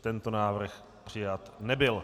Tento návrh přijat nebyl.